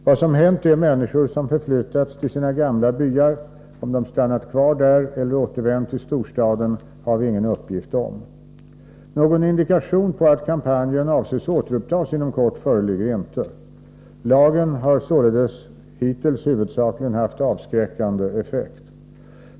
Vad som hänt de människor som förflyttats till sina gamla byar — om de stannat kvar där eller återvänt till storstaden — har vi ingen uppgift om. Någon indikation på att kampanjen avses återupptas inom kort föreligger inte. Lagen har således hittills huvudsakligen haft avskräckande effekt.